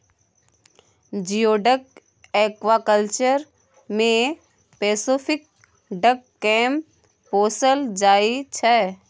geoduck aquaculture मे Pacific duck केँ पोसल जाइ छै